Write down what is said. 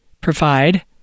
provide